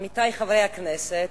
עמיתי חברי הכנסת,